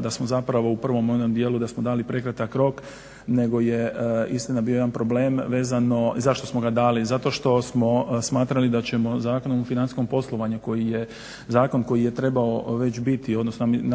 da smo zapravo u prvom onom dijelu da smo dali prekratak rok nego je istina bio jedan problem vezano zašto smo ga dali. Zato što smo smatrali da ćemo Zakonom o financijskom poslovanju koji je zakon koji je trebao već biti, odnosno nadam